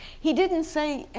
he didn't say,